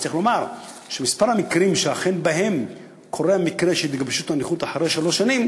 צריך לומר שמספר המקרים שאכן קורית התגבשות של נכות אחרי שלוש שנים